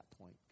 point